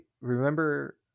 remember